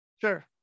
sure